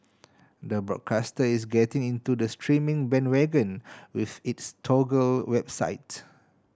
the broadcaster is getting into the streaming bandwagon with its Toggle website